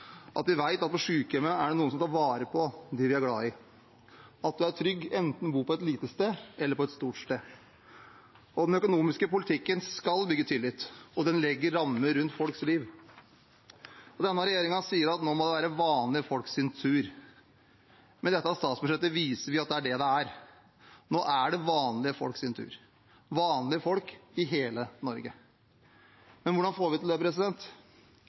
at det på sykehjemmet er noen som tar vare på dem vi er glad i, at man er trygg enten man bor på et lite sted eller på et stort sted. Den økonomiske politikken skal bygge tillit, og den legger rammer rundt folks liv. Denne regjeringen sier at nå må det være vanlige folks tur. Med dette statsbudsjettet viser vi at det er det. Nå er det vanlige folks tur – vanlige folk i hele Norge. Men hvordan får vi til det?